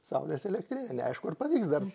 saulės elektrinę neaišku ar pavyks dar